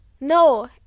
No